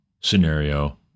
scenario